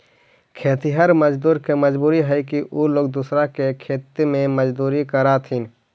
खेतिहर मजदूर के मजबूरी हई कि उ लोग दूसर के खेत में मजदूरी करऽ हथिन